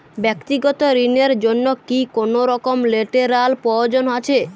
ব্যাক্তিগত ঋণ র জন্য কি কোনরকম লেটেরাল প্রয়োজন আছে?